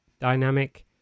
dynamic